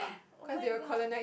oh-my-god